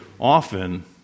often